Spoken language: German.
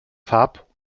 farb